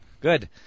Good